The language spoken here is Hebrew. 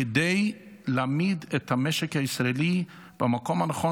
כדי להעמיד את המשק הישראלי במקום הנכון,